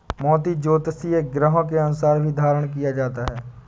मोती ज्योतिषीय ग्रहों के अनुसार भी धारण किया जाता है